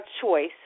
choice